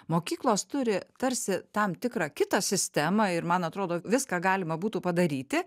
mokyklos turi tarsi tam tikrą kitą sistemą ir man atrodo viską galima būtų padaryti